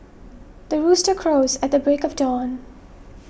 the rooster crows at the break of dawn